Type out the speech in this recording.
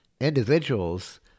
Individuals